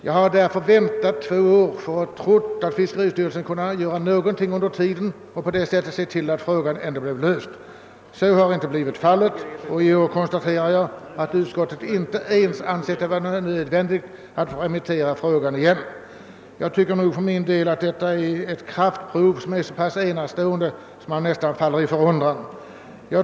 Jag har nu väntat i två år och hoppats att fiskeristyrelsen skulle kunna göra någonting för att lösa frågan. Så har inte blivit fallet. I år har utskottet inte ens ansett det nödvändigt att remittera motionerna. Detta är ett >kraftprov> som är så enastående att man nästan faller i förundran.